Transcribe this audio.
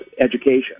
education